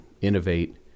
innovate